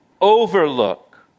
overlook